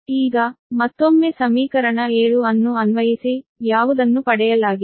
ಆದ್ದರಿಂದ ಈಗ ಮತ್ತೊಮ್ಮೆ ಸಮೀಕರಣ 7 ಅನ್ನು ಅನ್ವಯಿಸಿ ಯಾವುದನ್ನು ಪಡೆಯಲಾಗಿದೆ